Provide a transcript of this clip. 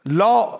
law